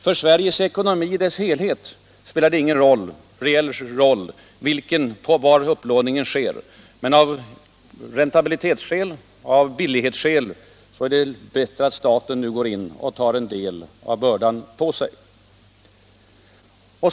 För Sveriges ekonomi i dess helhet spelar det ingen reell roll var upplåningen sker, men av räntabilitetsskäl och av billighetsskäl är det rätt att staten går in och tar en del av bördan på sig.